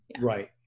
Right